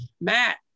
Matt